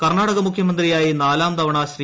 കർണാടക മുഖ്യമന്ത്രിയായി നാലാം തവണ ശ്രീ